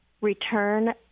return